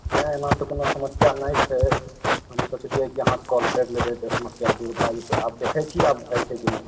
नहि एहन तऽ कोनो समस्या नहि छै हम सोचलियै कि अहाँकेँ कॉल करि लेबै तऽ समस्या दूर भए जेतै आब देखैत छी आब होइत छै कि नहि